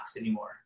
anymore